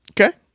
Okay